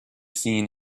seen